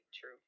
True